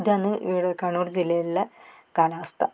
ഇതാണ് ഇവിടെ കണ്ണൂർ ജില്ലേലുള്ള കാലാവസ്ഥ